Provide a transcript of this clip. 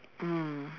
mm